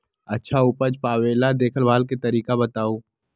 अच्छा उपज पावेला देखभाल के तरीका बताऊ?